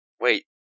Wait